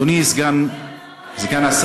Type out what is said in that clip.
אדוני סגן השר,